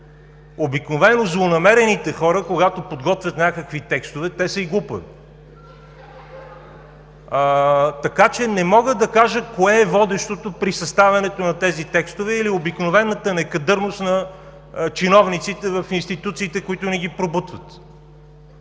Обикновено злонамерените хора, когато подготвят някакви текстове, те са и глупави. (Смях и оживление от „БСП за България“.) Така че не мога да кажа кое е водещото при съставянето на тези текстове, или обикновената некадърност на чиновниците в институциите, които ни ги пробутват.